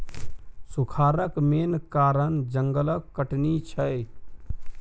सुखारक मेन कारण जंगलक कटनी छै